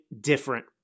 different